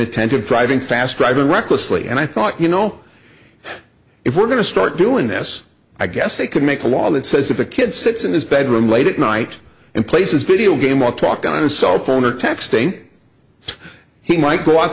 e driving fast driving recklessly and i thought you know if we're going to start doing this i guess they could make a law that says if a kid sits in his bedroom late at night and places video game or talking on cell phone or texting he might go out